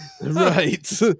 Right